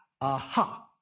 Aha